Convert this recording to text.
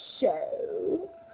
show